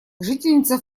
жительница